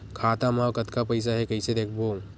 खाता मा कतका पईसा हे कइसे देखबो?